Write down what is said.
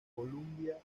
columbia